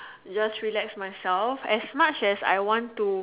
just relax myself as much as I want to